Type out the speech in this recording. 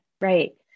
right